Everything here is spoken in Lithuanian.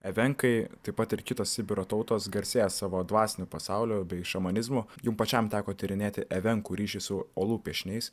evenkai taip pat ir kitos sibiro tautos garsėja savo dvasiniu pasauliu bei šamanizmu jum pačiam teko tyrinėti evenkų ryšį su olų piešiniais